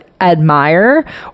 admire